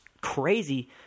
crazy